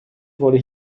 wurde